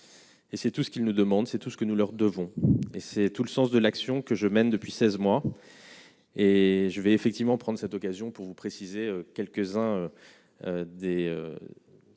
Et c'est tout ce qu'ils nous demandent c'est tout ce que nous leur devons mais c'est tout le sens de l'action que je mène depuis 16 mois. Et je vais effectivement prendre cette occasion pour vous préciser quelques-uns des